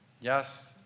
Yes